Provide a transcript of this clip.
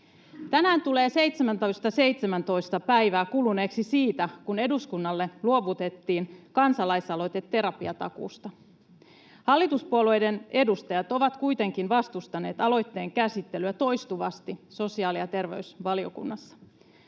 Tänään tulee 717 päivää kuluneeksi siitä, kun eduskunnalle luovutettiin kansalaisaloite terapiatakuusta. Hallituspuolueiden edustajat ovat kuitenkin vastustaneet aloitteen käsittelyä toistuvasti sosiaali‑ ja terveysvaliokunnassa.